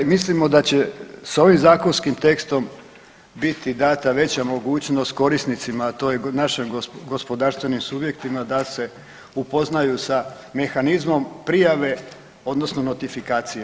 I mislimo da će s ovim zakonskim tekstom biti dana veća mogućnost korisnicima to je našim gospodarstvenim subjektima da se upoznaju sa mehanizmom prijave odnosno notifikacije.